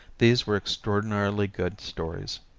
these were extraordinarily good stories.